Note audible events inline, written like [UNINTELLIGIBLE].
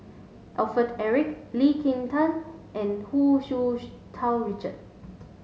Alfred Eric Lee Kin Tat and Hu Tsu [UNINTELLIGIBLE] Tau Richard